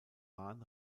bahn